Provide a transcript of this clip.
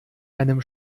einem